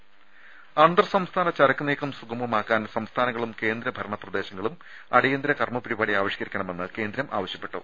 രുമ അന്തർ സംസ്ഥാന ചരക്ക് നീക്കം സുഗമമാക്കാൻ സംസ്ഥാനങ്ങളും കേന്ദ്രഭരണ പ്രദേശങ്ങളും അടിയന്തര കർമ്മ പരിപാടി ആവിഷ്ക്കരിക്കണമെന്ന് കേന്ദ്രം ആവശ്യപ്പെട്ടു